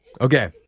Okay